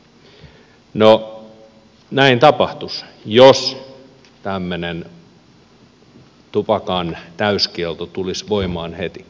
no näin tapahtuisi jos tämmöinen tupakan täyskielto tulisi voimaan heti